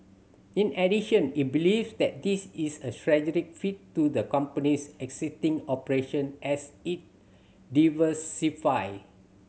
in addition it believes that this is a strategic fit to the company's existing operation as it diversify